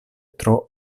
tro